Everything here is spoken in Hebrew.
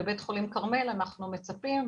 בבית חולים כרמל אנחנו מצפים,